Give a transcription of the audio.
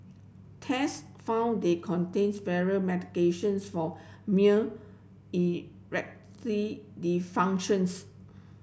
test found they contains medications for dysfunctions